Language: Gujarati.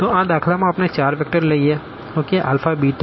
તો આ દાખલા માં આપણે ચાર વેક્ટર લઈએ α435Tβ013Tγ211Tδ422T